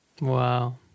wow